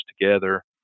together